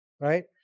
Right